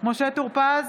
משה טור פז,